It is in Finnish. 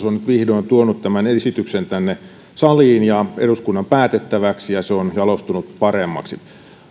on nyt vihdoin tuonut tämän esityksen tänne saliin ja eduskunnan päätettäväksi ja se on jalostunut paremmaksi